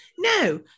No